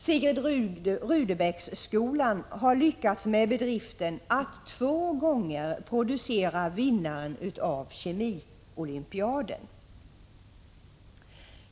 Sigrid Rudebecksskolan har lyckats med bedriften att två gånger producera vinnaren av kemiolympiaden.